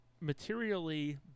materially